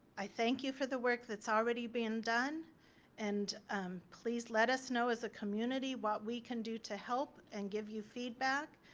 i thank you for the work that's already been done and please let us know as a community what we can do to help and give you feedback.